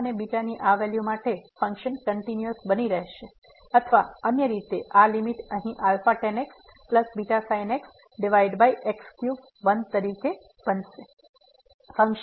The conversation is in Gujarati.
તેથી અને ની આ વેલ્યુ માટે ફંક્શન કંટીન્યુઅસ બની રહેશે અથવા અન્ય રીતે આ લીમીટ અહીં α tan xβsin xx3 1 તરીકે બનશે